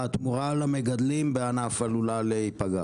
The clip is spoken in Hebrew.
אז תדאגו לניסוח הנכון.